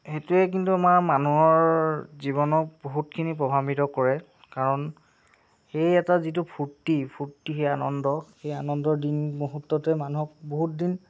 সেইটোৱে কিন্তু আমাৰ মানুহৰ জীৱনত বহুতখিনি প্ৰভাৱান্বিত কৰে কাৰণ সেই এটা যিটো ফূৰ্তি ফূৰ্তি সেই আনন্দ এই আনন্দ দিন মুহূৰ্ততে মানুহক বহুত দিন